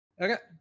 Okay